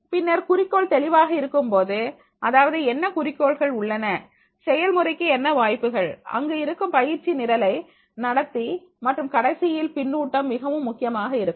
பின்னர் குறிக்கோள் தெளிவாக இருக்கும் அதாவது என்ன குறிக்கோள்கள் உள்ளன செயல்முறைக்கு என்ன வாய்ப்புகள் அங்கு இருக்கும் பயிற்சி நிரலை நடத்தி மற்றும் கடைசியில் பின்னூட்டம் மிகவும் முக்கியமாக இருக்கும்